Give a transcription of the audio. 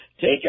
take